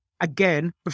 again